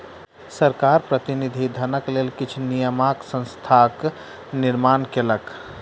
सरकार प्रतिनिधि धनक लेल किछ नियामक संस्थाक निर्माण कयलक